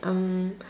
um